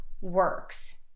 works